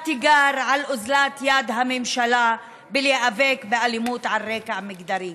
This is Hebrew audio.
תיגר על אוזלת יד הממשלה במאבק באלימות על רקע מגדרי.